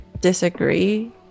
disagree